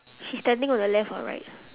she's standing on the left or right